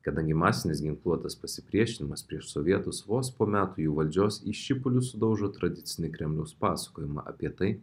kadangi masinis ginkluotas pasipriešinimas prieš sovietus vos po metų jų valdžios į šipulius sudaužo tradicinį kremliaus pasakojimą apie tai